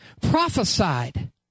prophesied